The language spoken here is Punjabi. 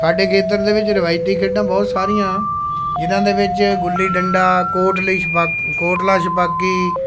ਸਾਡੇ ਖੇਤਰ ਦੇ ਵਿੱਚ ਰਵਾਇਤੀ ਖੇਡਾਂ ਬਹੁਤ ਸਾਰੀਆਂ ਜਿਨ੍ਹਾਂ ਦੇ ਵਿੱਚ ਗੁੱਲੀ ਡੰਡਾ ਕੋਟਲੀ ਛਪਾ ਕੋਟਲਾ ਛਪਾਕੀ